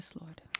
Lord